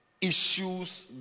issues